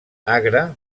agra